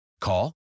Call